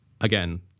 again